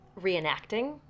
reenacting